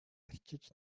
арчиж